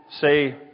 say